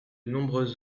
nombreuses